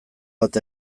bat